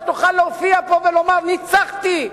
אתה תוכל להופיע פה ולומר: ניצחתי.